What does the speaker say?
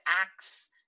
acts